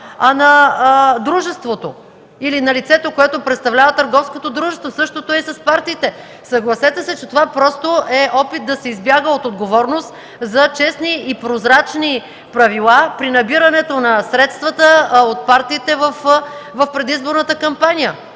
а на дружеството или на лицето, което представлява търговското дружество. Същото е и с партиите. Съгласете се, че това е опит да се избяга от отговорност за честни и прозрачни правила при набирането на средствата от партиите в предизборната кампания.